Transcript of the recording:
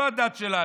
לא הדת שלנו,